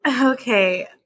Okay